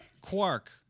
Quark